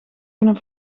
kunnen